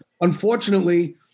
Unfortunately